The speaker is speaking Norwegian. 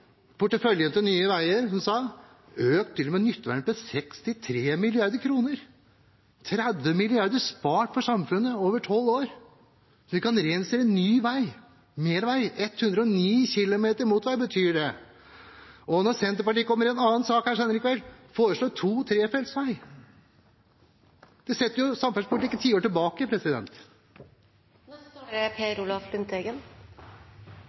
porteføljen til Nye Veier er som sagt til og med nytteverdien økt med 63 mrd. kr – 30 mrd. kr spart for samfunnet over 12 år, som vi kan reinvestere i ny vei, mer vei. 109 kilometer motorvei betyr det. Senterpartiet kommer i en annen sak her senere i kveld til å foreslå to- og trefelts vei. Det setter samferdselspolitikken tiår tilbake.